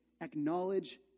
acknowledge